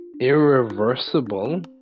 irreversible